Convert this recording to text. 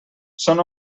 són